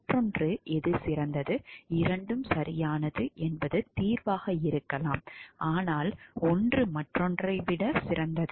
மற்றொன்று எது சிறந்தது இரண்டும் சரியானது என்பது தீர்வாக இருக்கலாம் ஆனால் ஒன்று மற்றொன்றை விட சிறந்தது